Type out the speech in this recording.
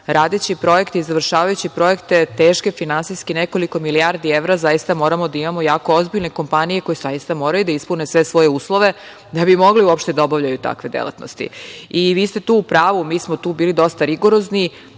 radeći projekte i završavajući projekte, teške finansijski i nekoliko milijardi evra, zaista moramo da imamo jako ozbiljne kompanije koje zaista moraju da ispune sve svoje uslove, da bi mogli uopšte da obavljaju takve delatnosti. Vi ste tu u pravu, mi smo tu bili dosta rigorozni,